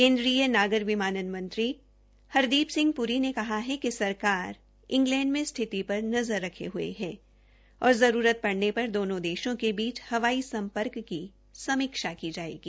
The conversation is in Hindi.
केन्द्रीय नागर विमानन मंत्री हरदीप सिंह प्री ने कहा कि सरकार इंग्लैंड में स्थिति पर नज़र रखे हये है और जरूरत पड़ने पर दोनों देशों के बीच हवाई सम्पर्क की समीक्षा की जायेगी